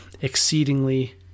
exceedingly